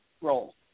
role